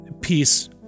peace